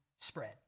spread